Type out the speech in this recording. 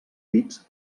pits